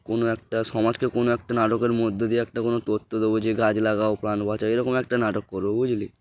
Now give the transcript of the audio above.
কোনো একটা সমাজকে কোনো একটা নাটকের মধ্য দিয়ে একটা কোনো তথ্য দেবো যে গাছ লাগাও প্রাণ বাঁচাও এরকম একটা নাটক করবো বুঝলি